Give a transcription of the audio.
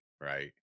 right